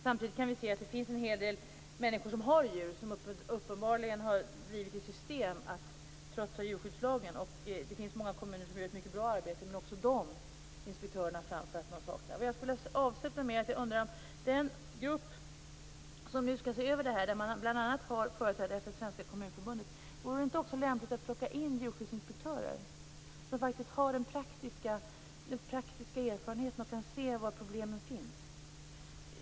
Samtidigt kan vi se att det finns en hel del människor som håller djur som uppenbarligen har satt i system att trotsa djurskyddslagen. Det finns många kommuner som gör ett mycket bra arbete. Men också de inspektörerna framför att man saknar föreskrifter. I den grupp som nu skall se över detta finns bl.a. företrädare för Svenska kommunförbundet. Vore det inte lämpligt att också plocka in djurskyddsinspektörer som har den praktiska erfarenheten och ser var problemen finns?